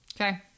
Okay